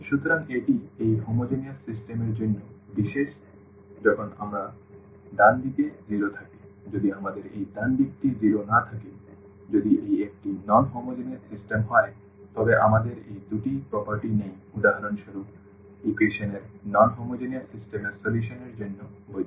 সুতরাং এটি এই হোমোজেনিয়াস সিস্টেমের জন্য বিশেষ যখন আমাদের ডান দিক 0 থাকে যদি আমাদের এই ডান দিকটি 0 না থাকে যদি এটি একটি নন হোমোজেনিয়াস সিস্টেম হয় তবে আমাদের এই দুটি বৈশিষ্ট্য নেই উদাহরণস্বরূপ ইকুয়েশন এর নন হোমোজেনিয়াস সিস্টেমের সমাধান এর জন্য বৈধ